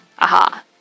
Aha